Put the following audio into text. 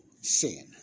sin